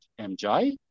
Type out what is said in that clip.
MJ